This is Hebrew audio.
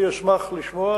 אני אשמח לשמוע.